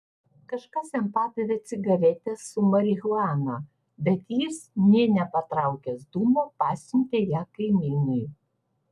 kažkas jam padavė cigaretę su marihuana bet jis nė nepatraukęs dūmo pasiuntė ją kaimynui